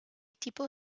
tipo